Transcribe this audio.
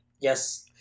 Yes